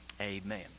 amen